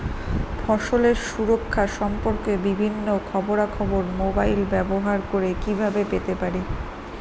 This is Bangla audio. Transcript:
ফসলের সুরক্ষা সম্পর্কে বিভিন্ন খবরা খবর মোবাইল ব্যবহার করে কিভাবে পেতে পারি?